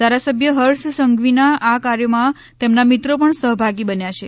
ધારાસભ્ય હર્ષ સંઘવીના આ કાર્યમાં તેમના મિત્રો પણ સહભાગી બન્યા છે